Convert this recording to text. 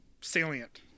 salient